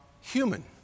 human